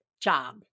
job